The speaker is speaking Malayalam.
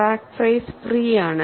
ക്രാക്ക് ഫേസ് ഫ്രീ ആണ്